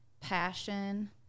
passion